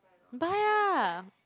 buy ah